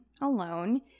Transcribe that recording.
alone